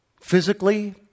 physically